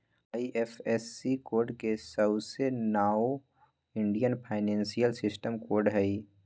IFSC code के सऊसे नाओ इंडियन फाइनेंशियल सिस्टम कोड हई